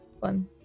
Fun